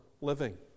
living